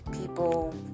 People